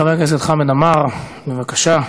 חבר הכנסת חמד עמאר, בבקשה.